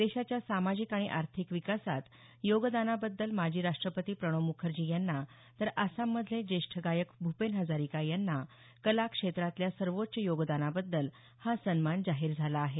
देशाच्या सामाजिक आणि आर्थिक विकासात योगदानाबद्दल माजी राष्टपती प्रणव मुखर्जी यांना तर आसाममधले ज्येष्ठ गायक भुपेन हजारिका यांना कलाक्षेत्रातल्या सर्वोच्च योगदानाबद्दल हा सन्मान जाहीर झाला आहे